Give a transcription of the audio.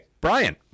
Brian